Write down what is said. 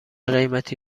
قیمتی